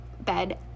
bed